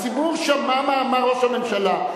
הציבור שמע מה אמר ראש הממשלה,